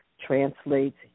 translates